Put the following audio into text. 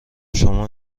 شما